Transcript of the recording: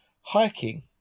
hiking